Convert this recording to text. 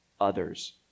others